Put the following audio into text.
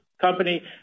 company